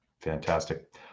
Fantastic